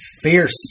Fierce